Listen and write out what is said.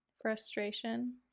frustration